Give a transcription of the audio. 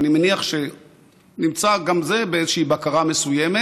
אני מניח שנמצא גם את זה באיזושהי בקרה מסוימת,